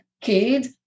kid